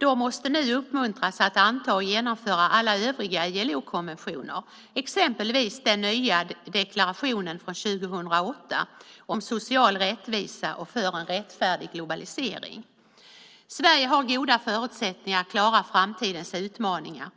De måste nu uppmuntras att anta och genomföra alla övriga ILO-konventioner, exempelvis den nya deklarationen från 2008 om social rättvisa och för en rättfärdig globalisering. Sverige har goda förutsättningar att klara framtidens utmaningar.